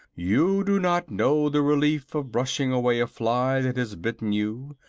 you do not know the relief of brushing away a fly that has bitten you,